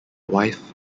wife